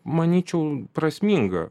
manyčiau prasminga